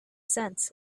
sense